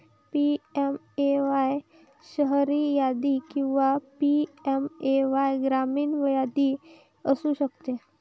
PMAY शहरी यादी किंवा पी.एम.ए.वाय ग्रामीण यादी असू शकते